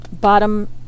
bottom